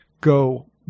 go